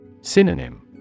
Synonym